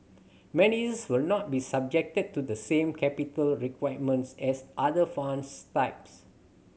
managers will not be subject to the same capital requirements as other funds types